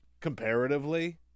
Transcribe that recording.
Comparatively